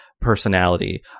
personality